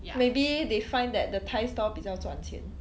maybe they find that the thai stall 比较赚钱